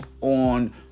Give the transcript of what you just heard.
on